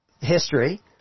history